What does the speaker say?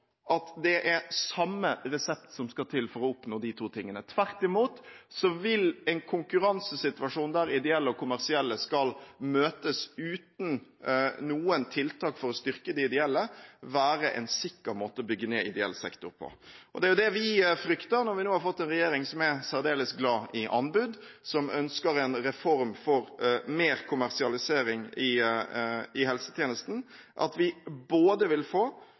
at det er samme resept som skal til for å oppnå de to tingene. Tvert imot vil en konkurransesituasjon der ideelle og kommersielle skal møtes uten noen tiltak for å styrke de ideelle, være en sikker måte å bygge ned ideell sektor på. Det er det vi frykter, når vi nå har fått en regjering som er særdeles glad i anbud, som ønsker en reform for mer kommersialisering i helsetjenesten, at vi både vil få